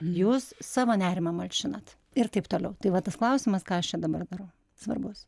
jūs savo nerimą malšinat ir taip toliau tai va tas klausimas ką aš čia dabar darau svarbus